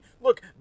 look